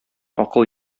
акыл